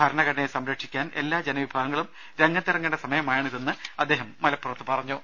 ഭരണഘടനയെ സംരക്ഷിക്കാൻ എല്ലാ ജനവിഭാഗങ്ങളും രംഗത്തിറങ്ങേണ്ട സമയമാണിതെന്ന് അദ്ദേഹം മലപ്പുറത്ത് പറഞ്ഞു